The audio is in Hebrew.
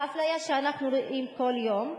האפליה שאנחנו רואים כל יום,